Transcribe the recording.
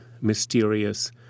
mysterious